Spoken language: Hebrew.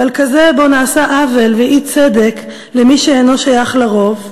אבל כזה שנעשים בו עוול ואי-צדק למי שאינו שייך לרוב,